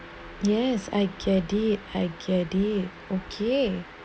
yes I get it I get it okay